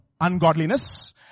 ungodliness